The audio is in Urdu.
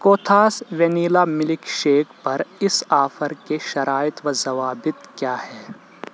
کوتھاس وینیلا ملک شیک پر اس آفر کے شرائط و ضوابط کیا ہے